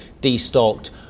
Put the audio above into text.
de-stocked